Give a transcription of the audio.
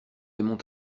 aimons